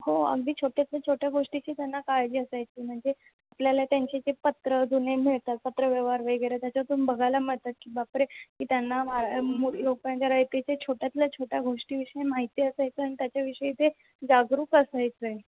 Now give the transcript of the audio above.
हो अगदी छोट्यातल्या छोट्या गोष्टींची त्यांना काळजी असायची म्हणजे आपल्याला त्यांची ती पत्रं जुने मिळतात पत्र व्यवहार वगैरे त्याच्यातून बघायला मिळतात की बापरे की त्यांना लोकांच्या रयतेचे छोट्यातल्या छोट्या गोष्टीविषयी माहिती असायचं आणि त्याच्याविषयी ते जागरूक असायचे